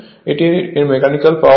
এটি এর mechanical power হবে